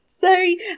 Sorry